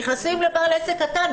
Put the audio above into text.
נכנסים לבעל עסק קטן,